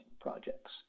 projects